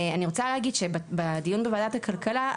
בדיון בוועדת הכלכלה,